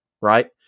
right